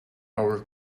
our